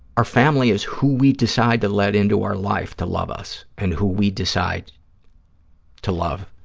our family is who we decide to let into our life to love us and who we decide to love.